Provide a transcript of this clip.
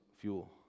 fuel